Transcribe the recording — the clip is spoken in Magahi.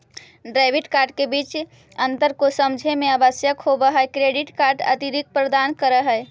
डेबिट कार्ड के बीच अंतर को समझे मे आवश्यक होव है क्रेडिट कार्ड अतिरिक्त प्रदान कर है?